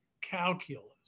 calculus